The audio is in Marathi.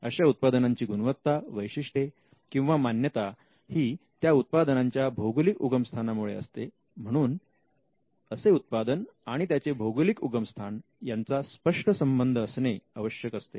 अशा उत्पादनांची गुणवत्ता वैशिष्ट्ये किंवा मान्यता ही त्या उत्पादनांच्या भौगोलिक उगम स्थानामुळे असते म्हणून असे उत्पादन आणि त्याचे भौगोलिक उगमस्थान यांचा स्पष्ट संबंध असणे आवश्यक असते